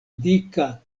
dika